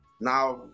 now